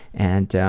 and,